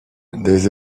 des